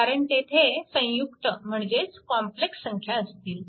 कारण तेथे संयुक्त म्हणजेच कॉम्प्लेक्स संख्या असतील